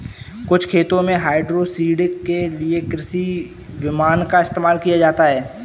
कुछ खेतों में हाइड्रोसीडिंग के लिए कृषि विमान का इस्तेमाल किया जाता है